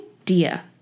idea